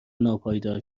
ناپایدار